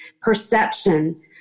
Perception